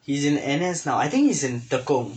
he's in N_S now I think he's in Tekong